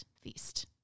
feast